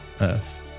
Earth